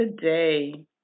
today